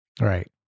Right